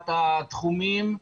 התחומים,